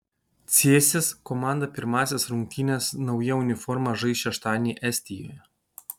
cėsis komanda pirmąsias rungtynes nauja uniforma žais šeštadienį estijoje